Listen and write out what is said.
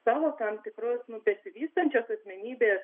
savo tam tikrus besivystančios asmenybės